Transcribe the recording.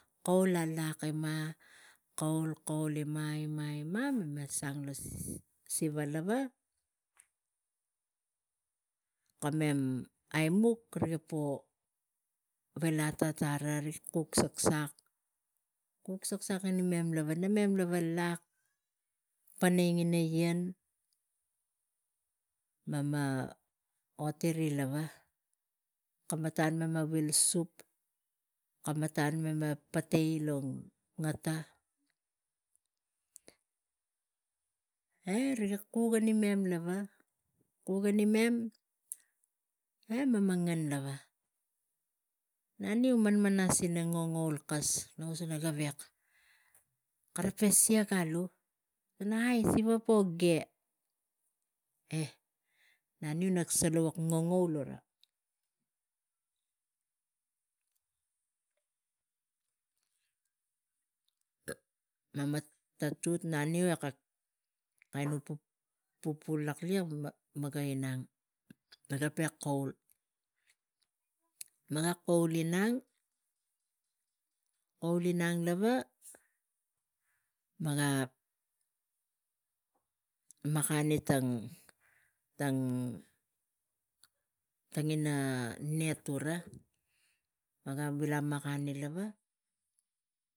Kaul alak ina kaul ina ina mama sang lo siva lava kamem anuk riga po wil ata tare rik tuntun saksak ina mem lava naman lava lak panai ngina yien mema oti ri lava kematan mema wil sup kematan mema patai lo ngata eh riga kig ina mem eh mama ngan ranin manmamas ina ngangaul kas rak kus pana gavek kara peh siak alu aii siva poh yeh eh namui rak solo buk ngangaul mama tatat nanim eh kak kenu tivuk laklik mega inang mega peh kaul miang mega la makani tangina bave.